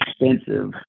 expensive